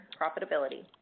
profitability